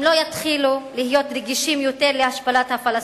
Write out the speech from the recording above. הם לא יתחילו להיות רגישים יותר להשפלת הפלסטינים.